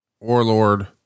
Warlord